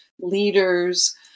leaders